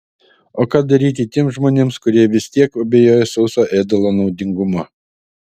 o ką daryti tiems žmonėms kurie vis tiek abejoja sauso ėdalo naudingumu